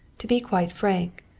to be quite frank,